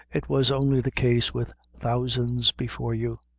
it was only the case with thousands before you.